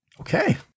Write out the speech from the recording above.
Okay